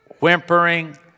whimpering